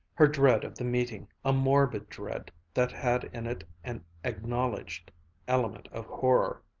her dread of the meeting, a morbid dread that had in it an acknowledged element of horror,